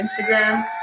Instagram